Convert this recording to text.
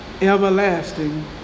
everlasting